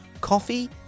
coffee